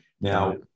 now